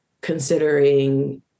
considering